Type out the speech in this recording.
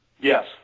Yes